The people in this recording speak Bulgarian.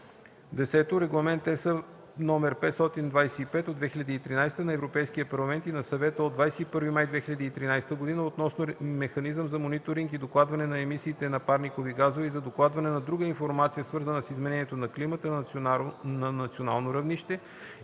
10. Регламент (ЕС) № 525/2013 на Европейския парламент и на Съвета от 21 май 2013 г. относно механизъм за мониторинг и докладване на емисиите на парникови газове и за докладване на друга информация, свързана с изменението на климата, на национално равнище